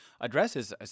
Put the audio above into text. addresses